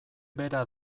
bera